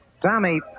Tommy